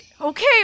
Okay